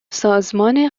سازمان